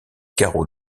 carreaux